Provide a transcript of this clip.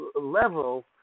level